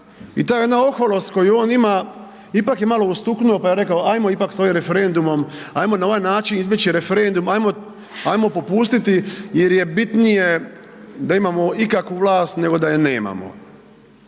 i ta jedna oholost koju on ima, ipak je malo ustuknuo pa je rekao ajmo ipak s ovim referendumom, ajmo na ovaj način izbjeći referendum, ajmo, ajmo popustiti jer je bitnije da imamo ikakvu vlast nego da je nemamo.